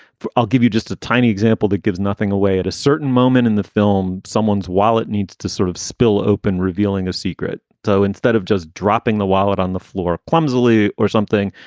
i'll give you just a tiny example that gives nothing away at a certain moment in the film, someone's wallet needs to sort of spill open revealing a secret. so instead of just dropping the wallet on the floor clumsily or something,